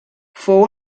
fou